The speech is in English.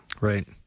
Right